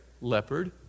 leopard